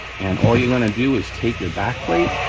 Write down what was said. and all you're gonna do is take your backplate,